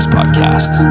Podcast